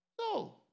No